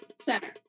Center